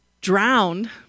drowned